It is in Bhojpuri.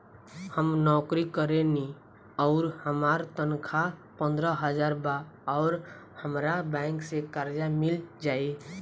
हम नौकरी करेनी आउर हमार तनख़ाह पंद्रह हज़ार बा और हमरा बैंक से कर्जा मिल जायी?